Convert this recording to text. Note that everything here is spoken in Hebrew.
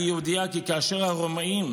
אני יהודייה כי כאשר הרומאים